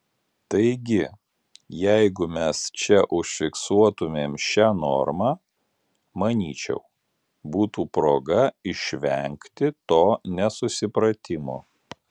taigi jeigu mes čia užfiksuotumėm šią normą manyčiau būtų proga išvengti to nesupratimo